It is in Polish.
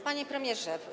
Panie Premierze!